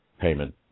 payment